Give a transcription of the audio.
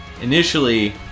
initially